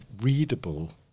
readable